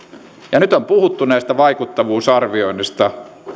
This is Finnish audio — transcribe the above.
ja nyt on puhuttu näistä vaikuttavuusarvioinneista niin